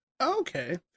Okay